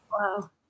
Wow